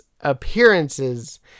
appearances